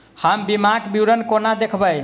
हम बीमाक विवरण कोना देखबै?